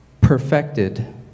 perfected